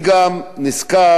אני גם נזכר,